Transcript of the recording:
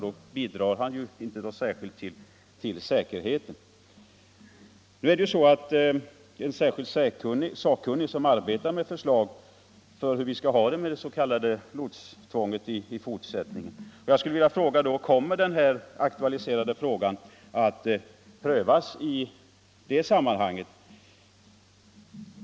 Då bidrar han inte mycket till säkerheten. En särskild sakkunnig arbetar med den framtida utformningen av lotstvånget. Kommer den aktualiserade frågan att prövas i det sammanhanget?